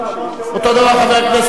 אותו דבר חבר הכנסת אלדד.